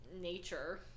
nature